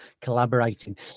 collaborating